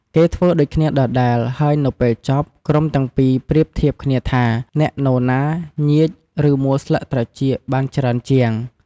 គេធ្វើដូចគ្នាដដែល ហើយនៅពេលចប់ ក្រុមទាំងពីរប្រៀបធៀបគ្នាថា អ្នកនរណា ញៀច ឬ មួលស្លឹកត្រចៀកបានច្រើនជាង។